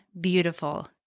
beautiful